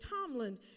Tomlin